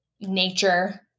nature